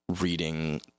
reading